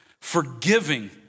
forgiving